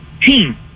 team